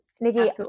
Nikki